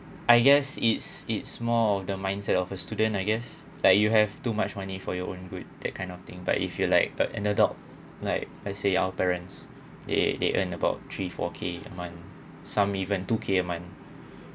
I guess it's it's more of the mindset of a student I guess like you have too much money for your own good that kind of thing but if you like uh an adult like I say our parents they they earn about three four k a month some even two k a month